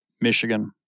Michigan